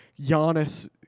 Giannis